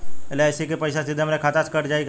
LIC के पईसा सीधे हमरा खाता से कइसे कटी?